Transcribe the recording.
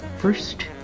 First